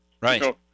Right